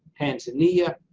tanzania,